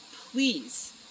please